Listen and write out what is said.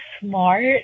smart